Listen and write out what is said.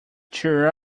cheer